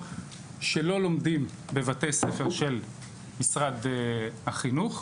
שלא לומדים בבתי הספר של משרד החינוך,